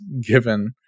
given